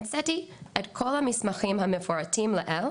המצאתי את כל המסמכים המפורטים לעיל,